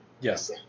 Yes